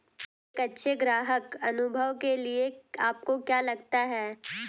एक अच्छे ग्राहक अनुभव के लिए आपको क्या लगता है?